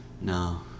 No